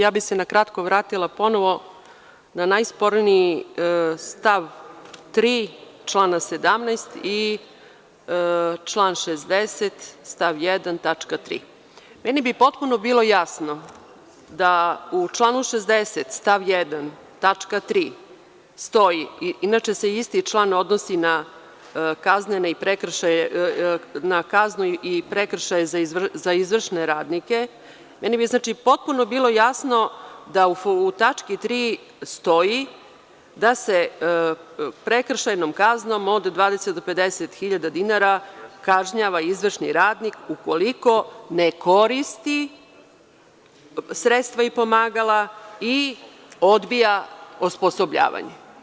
Ja bih se na kratko vratila ponovo na najsporniji stav 3. člana 17. i član 60. stav 1. tačka 3. Meni bi potpuno bilo jasno da u članu 60. stav 1. tačka 3. stoji, inače se isti član odnosi na kaznu i prekršaje za izvršne radnike, meni bi potpuno bilo jasno da u tački 3. stoji da se prekršajnom kaznom od 20 do 50 hiljada dinara kažnjava izvršni radnik, ukoliko ne koristi sredstva i pomagala i odbija osposobljavanje.